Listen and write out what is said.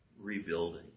rebuilding